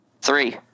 Three